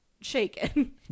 Shaken